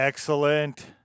Excellent